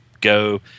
go